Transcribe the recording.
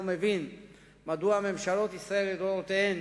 מבין מדוע ממשלות ישראל לדורותיהן